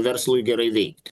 verslui gerai veikt